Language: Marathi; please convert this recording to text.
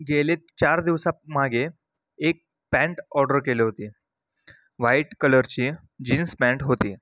गेले चार दिवसा मागे एक पॅन्ट ऑर्डर केले होती व्हाईट कलरची जीन्स पॅन्ट होती